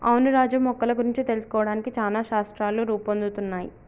అవును రాజు మొక్కల గురించి తెలుసుకోవడానికి చానా శాస్త్రాలు రూపొందుతున్నయ్